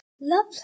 Love